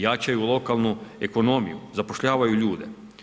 Jačaju lokalnu ekonomiju, zapošljavaju ljude.